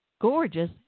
gorgeous